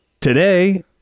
today